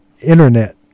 internet